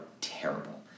terrible